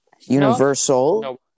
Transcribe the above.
Universal